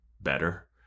better